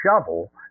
shovel